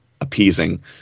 appeasing